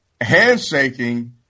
handshaking